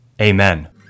Amen